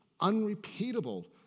unrepeatable